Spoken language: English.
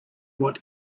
what